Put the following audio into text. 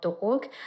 org